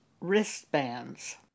wristbands